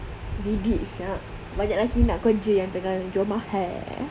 bedek sia banyak laki nak kau kau jer yang tengah jual mahal